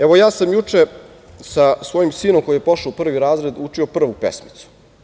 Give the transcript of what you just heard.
Evo, ja sam juče sa svojim sinom, koji je pošao u prvi razred, učio prvu pesmicu.